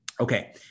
Okay